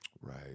Right